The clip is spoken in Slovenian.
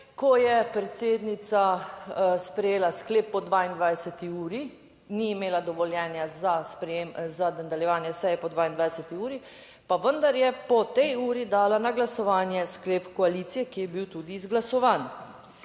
ko je predsednica sprejela sklep po 22. uri - ni imela dovoljenja za sprejem za nadaljevanje seje po 22. uri, pa vendar je po tej uri dala na glasovanje sklep koalicije, ki je bil tudi izglasovan.